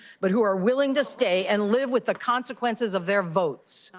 but who are willing to stay and live with the consequences of their votes.